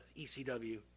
ECW